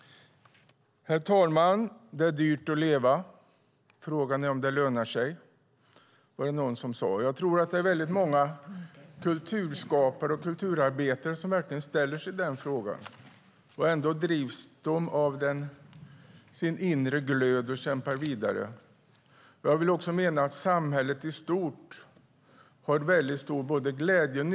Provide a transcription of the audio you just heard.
Herr talman! Det är dyrt att leva. Frågan är om det lönar sig, var det någon som sade. Många kulturskapare och kulturarbetare ställer sig den frågan. Ändå drivs de av sin inre glöd och kämpar vidare. Jag menar att också samhället i stort har glädje och nytta av kulturskaparna.